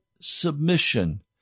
submission